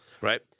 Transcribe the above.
right